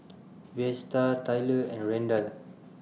Vlasta Tylor and Randal